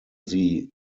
sie